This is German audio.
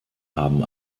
haben